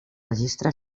registre